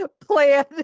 plan